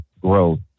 growth